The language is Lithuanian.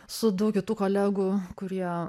su daug kitų kolegų kurie